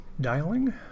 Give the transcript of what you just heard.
dialing